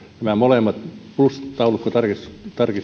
nämä molemmat plus taulukkotarkistukset